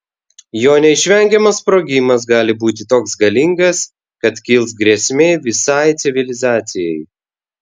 jo neišvengiamas sprogimas gali būti toks galingas kad kils grėsmė visai civilizacijai